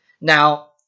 Now